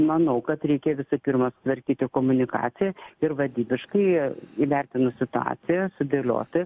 manau kad reikia visų pirma sutvarkyti komunikaciją ir vadybiškai įvertinus situaciją sudėlioti